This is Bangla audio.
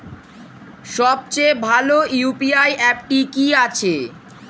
সবচেয়ে ভালো ইউ.পি.আই অ্যাপটি কি আছে?